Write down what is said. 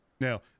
Now